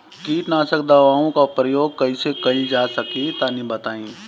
कीटनाशक दवाओं का प्रयोग कईसे कइल जा ला तनि बताई?